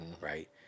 right